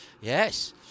yes